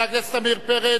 הכנסת עמיר פרץ.